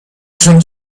شون